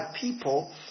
people